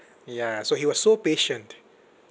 ya so he was so patient